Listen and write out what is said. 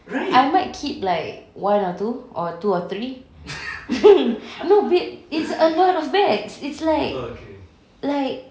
I might keep like one or two or two or three no be~ it's a lot of bags like like